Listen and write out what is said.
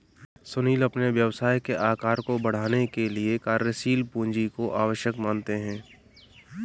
सुनील अपने व्यवसाय के आकार को बढ़ाने के लिए कार्यशील पूंजी को आवश्यक मानते हैं